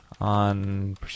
on